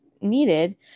needed